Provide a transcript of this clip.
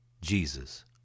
Jesus